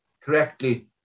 correctly